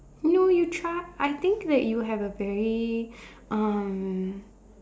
no you try I think that you have a very um